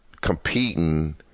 competing